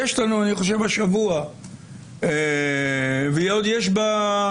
יש לנו אני חושב השבוע ועוד יש באמתחת